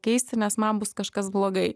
keisti nes man bus kažkas blogai